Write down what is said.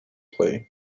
play